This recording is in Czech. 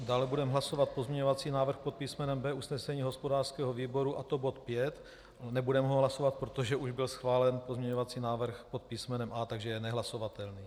Dále budeme hlasovat pozměňovací návrh pod písmenem B usnesení hospodářského výboru, a to bod 5. Nebudeme ho hlasovat, protože už byl schválen pozměňovací návrh pod písmenem A, takže je nehlasovatelný.